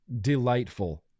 delightful